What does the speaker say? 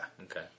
Okay